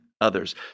others